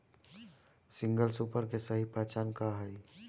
Single super के सही पहचान का हई?